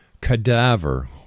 cadaver